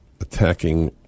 attacking